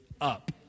up